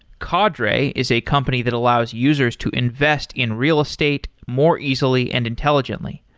cadre is a company that allows users to invest in real estate more easily and intelligently.